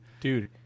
dude